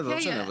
בסדר, לא משנה.